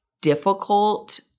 difficult